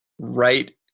right